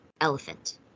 Elephant